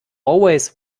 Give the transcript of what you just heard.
always